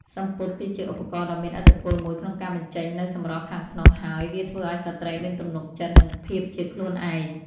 សំពត់គឺជាឧបករណ៍ដ៏មានឥទ្ធិពលមួយក្នុងការបញ្ចេញនូវសម្រស់ខាងក្នុងហើយ វាធ្វើឱ្យស្ត្រីមានទំនុកចិត្តនិងភាពជាខ្លួនឯង។